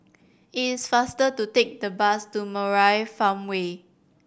is faster to take the bus to Murai Farmway